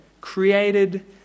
created